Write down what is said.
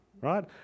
right